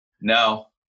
No